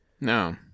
No